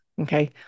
Okay